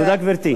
תודה, גברתי.